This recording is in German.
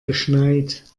geschneit